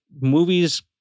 movies